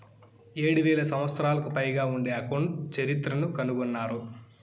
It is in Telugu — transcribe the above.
ఏడు వేల సంవత్సరాలకు పైగా ఉండే అకౌంట్ చరిత్రను కనుగొన్నారు